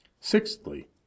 Sixthly